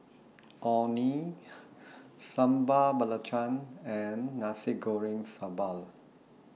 Orh Nee Sambal Belacan and Nasi Goreng Sambal